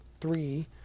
three